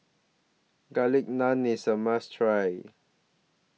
Garlic Naan IS A must Try